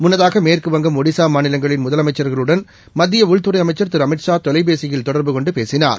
முன்னதாக மேற்குவங்கம் ஒடிசா மாநிலங்களின் முதலமைச்சள்களுடன் மத்திய உள்துறை அமைச்சர் திரு அமித்ஷா தொலைபேசியில் தொடர்புகொண்டு பேசினார்